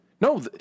No